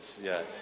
yes